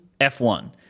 F1